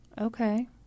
Okay